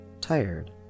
Tired